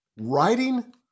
Writing